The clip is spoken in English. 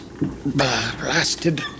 blasted